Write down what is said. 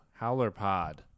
HowlerPod